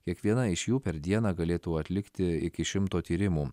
kiekviena iš jų per dieną galėtų atlikti iki šimto tyrimų